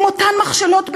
עם אותן מכשלות בדיוק?